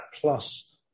plus